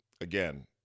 Again